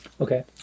Okay